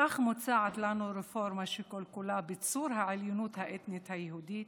כך מוצעת לנו רפורמה שכל-כולה ביצור העליונות האתנית היהודית,